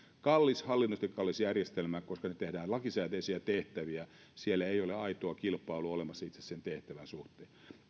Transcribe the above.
se on hallinnollisesti kallis järjestelmä koska siinä tehdään lakisääteisiä tehtäviä siellä ei ei ole aitoa kilpailua olemassa itse sen tehtävän suhteen